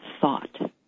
thought